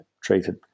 treated